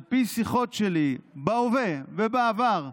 על פי שיחות שלי בהווה ובעבר,